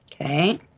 Okay